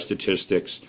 statistics